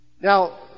Now